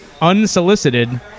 unsolicited